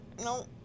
no